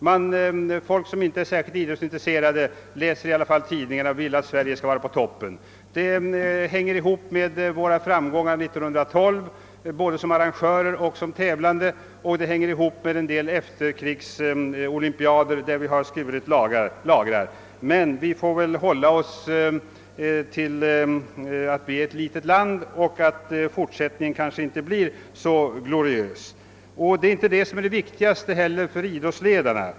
Människor som annars inte är särskilt idrottsintresserade läser ändå tidningarna och vill gärna se att svenska idrottsmän ligger i toppen. Detta sammanhänger väl bl.a. med våra framgångar både som arrangörer och tävlande vid olympiaden 1912 och med en del lagrar som Sverige skurit vid några efterkrigsolympiader. Nu får vi emellertid finna oss i att vi är ett litet land och att den idrottsliga fortsättningen kanske inte blir lika gloriös. Det är inte heller det som är det viktiga för idrottsledarna.